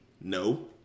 No